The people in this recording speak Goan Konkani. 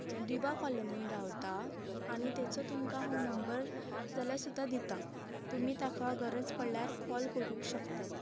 दिवा कॉलनीन रावता आनी ताचो तुकां हांव नंबर जाल्यार सुद्दां दिता तूमी ताका गरज पडल्यार कॉल करूं शकतात